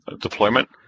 deployment